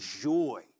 joy